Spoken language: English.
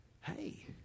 Hey